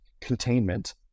Containment